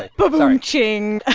ah but but um ching.